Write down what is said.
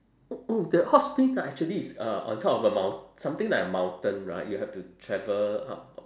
oo oo the hot springs are actually is uh on top of a mount~ something like a mountain right you have to travel up